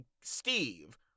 steve